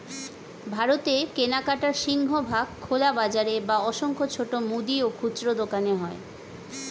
ভারতে কেনাকাটার সিংহভাগ খোলা বাজারে বা অসংখ্য ছোট মুদি ও খুচরো দোকানে হয়